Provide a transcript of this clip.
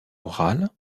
orale